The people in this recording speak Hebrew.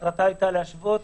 שמטרתה היתה להשוות